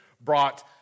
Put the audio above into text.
brought